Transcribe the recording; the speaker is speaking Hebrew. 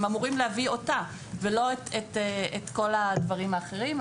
הם אמורים להביא אותה ולא את כל הדברים האחרים.